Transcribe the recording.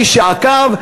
מי שעקב,